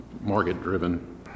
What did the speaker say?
market-driven